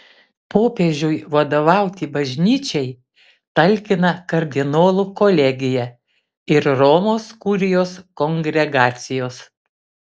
popiežiui vadovauti bažnyčiai talkina kardinolų kolegija ir romos kurijos kongregacijos